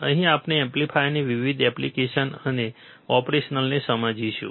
અહીં આપણે એમ્પ્લીફાયર્સની વિવિધ એપ્લીકેશન અને ઓપરેશનલને સમજીશું